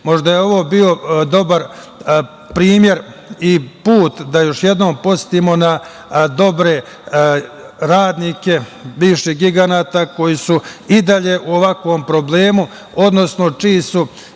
je ovo bio dobar primer i put da još jednom podsetimo na dobre radnike bivših giganata koji su i dalje u ovakvom problemu, odnosno čiji su